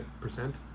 percent